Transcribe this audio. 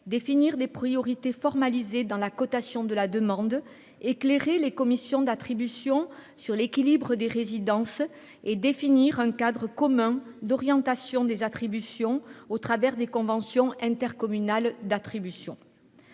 définir des priorités formalisées dans la cotation de la demande ; éclairer les commissions d’attribution sur l’équilibre des résidences ; définir un cadre commun d’orientation des attributions au travers des conventions intercommunales d’attribution.